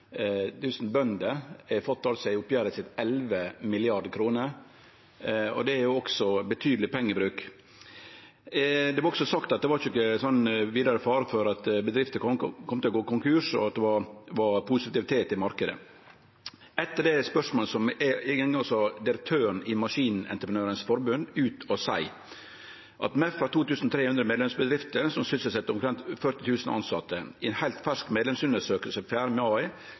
bønder har fått eit oppgjer til 11 mrd. kr. Det er også betydeleg pengebruk. Det vart også sagt at det ikkje var vidare fare for at bedrifter kom til å gå konkurs, og at det var positivitet i marknaden. Etter det spørsmålet gjekk direktøren i Maskinentreprenørenes Forbund, MEF, ut og sa: MEF har 2 300 medlemsbedrifter som sysselset omtrent 40 000 tilsette. I ei heilt fersk